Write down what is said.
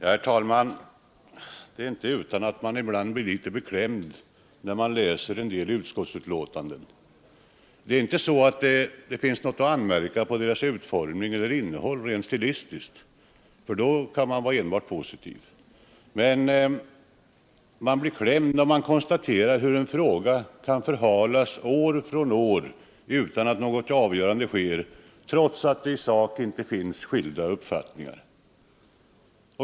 Herr talman! Det är inte utan att man ibland blir litet beklämd när man läser utskottsbetänkanden. Det är inte så att det finns någonting att anmärka på deras utformning och innehåll rent stilistiskt — i det avseendet kan man vara enbart positiv. Men man blir beklämd när man konstaterar hur en fråga kan förhalas år från år utan att något avgörande träffas trots att det i sak inte finns skilda uppfattningar.